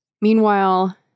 Meanwhile